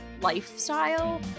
lifestyle